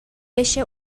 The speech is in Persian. بشه